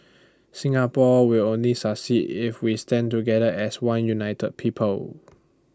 Singapore will only succeed if we stand together as one united people